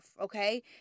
okay